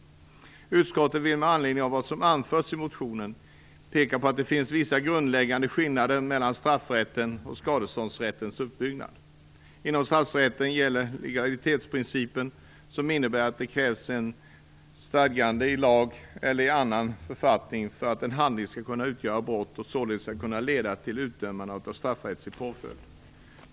Utskottet vill med anledning av vad som anförts i motionen peka på att det finns vissa grundläggande skillnader mellan straffrättens och skadeståndsrättens uppbyggnad. Inom straffrätten gäller legalitetsprincipen, som innebär att det krävs ett stadgande i lag eller i annan författning för att en handling skall kunna utgöra brott och således kunna leda till utdömande av en straffrättslig påföljd.